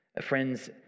Friends